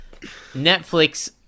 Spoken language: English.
Netflix